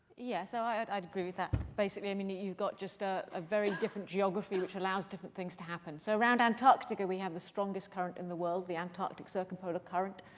yeah so i'd i'd agree with that, basically. i mean, you've got just a ah very different geography, which allows different things to happen. so around antarctica, we have the strongest current in the world, the antarctic circumpolar current,